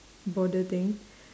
border thing